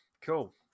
cool